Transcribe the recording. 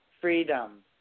freedom